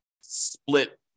split